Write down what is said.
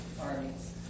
armies